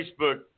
Facebook